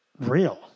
real